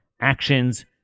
actions